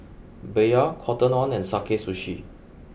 Bia Cotton On and Sakae Sushi